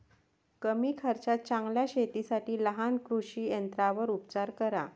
कमी खर्चात चांगल्या शेतीसाठी लहान कृषी यंत्रांवर उपचार करा